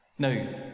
Now